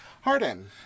harden